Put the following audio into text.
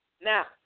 Now